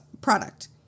product